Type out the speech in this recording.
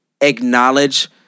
acknowledge